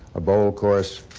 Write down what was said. a bold course.